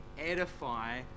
edify